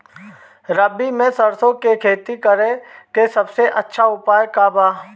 रबी में सरसो के खेती करे के सबसे अच्छा उपाय का बा?